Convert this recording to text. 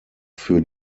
für